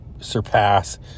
surpass